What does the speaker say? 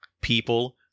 people